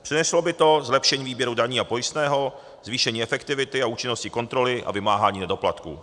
Přineslo by to zlepšení výběru daní a pojistného, zvýšení efektivity a účinnosti kontroly a vymáhání nedoplatků.